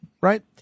right